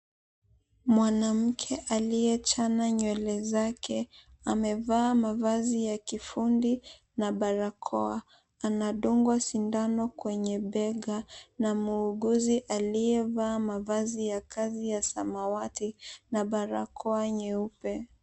Mwanamke aliyechana nywele zake amevaa mavazi ya kifundi na barakoa, anadungwa sindano kwenye bega na muuguzi aliyevaa mavazi ya kazi ya samawati na barakoa nyeupe.